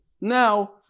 Now